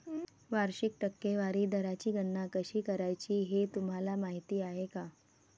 वार्षिक टक्केवारी दराची गणना कशी करायची हे तुम्हाला माहिती आहे का?